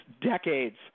decades